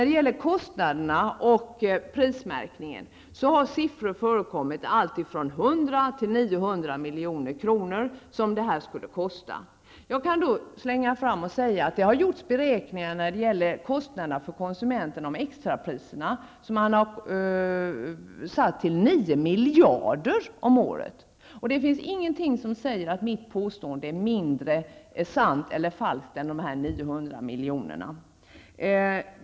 Beträffande kostnaderna för prismärkningen har siffror på allt från 100 till 900 milj.kr. förekommit. Jag kan slänga fram en fras om att det har gjorts beräkningar av vad extrapriserna har inneburit i kostnader för konsumenterna och att siffran satts till 9 miljarder om året. Det finns ingenting som säger att mitt påstående är mindre sant eller mer falskt än påståendet om de 900 miljonerna.